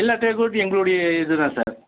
எல்லா டேல் கோட்டும் எங்களுடைய இது தான் சார்